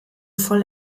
voll